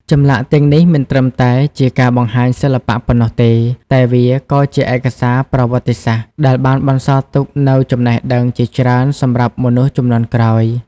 ចម្លាក់ទាំងនេះមិនត្រឹមតែជាការបង្ហាញសិល្បៈប៉ុណ្ណោះទេ តែវាក៏ជាឯកសារប្រវត្តិសាស្ត្រដែលបានបន្សល់ទុកនូវចំណេះដឹងជាច្រើនសម្រាប់មនុស្សជំនាន់ក្រោយ។